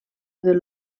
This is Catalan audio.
del